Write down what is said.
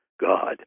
God